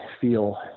feel